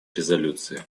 резолюции